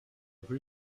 rue